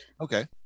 Okay